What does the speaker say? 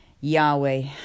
Yahweh